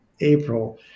April